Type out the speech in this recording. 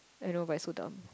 I know but it's so dumb